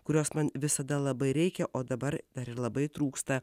kurios man visada labai reikia o dabar dar ir labai trūksta